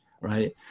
right